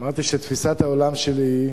אמרתי שתפיסת העולם שלי היא